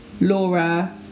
Laura